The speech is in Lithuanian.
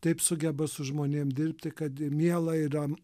taip sugeba su žmonėm dirbti kad miela yra